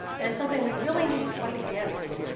and it's something we really need to fight against.